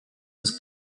was